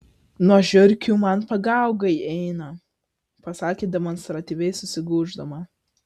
nuo žiurkių man pagaugai eina pasakė demonstratyviai susigūždama